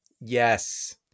yes